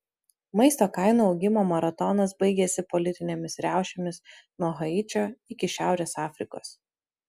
maisto kainų augimo maratonas baigėsi politinėmis riaušėmis nuo haičio iki šiaurės afrikos